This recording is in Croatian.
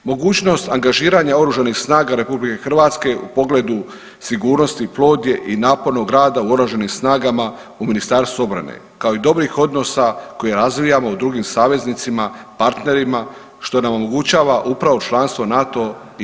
Mogućnost angažiranja oružanih snaga RH u pogledu sigurnosti plod je i napornog rada u oružanim snagama u Ministarstvu obrane, kao i dobrih odnosa koje razvijamo u drugim saveznicima i partnerima, što nam omogućava upravo članstvo NATO i EU.